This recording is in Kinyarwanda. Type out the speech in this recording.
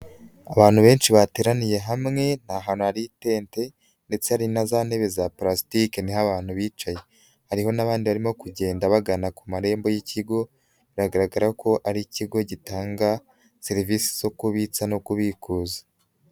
Abantu benshi bateraniye hamwe, ni ahantu hari itente ndetse hari na za ntebe za pulasitike, ni ho abantu bicaye hariho n'abandi barimo kugenda bagana ku marembo y'ikigo, biragaragara ko ari ikigo gitanga serivisi zo kubitsa no kubikuza.